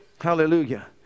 hallelujah